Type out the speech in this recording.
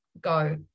go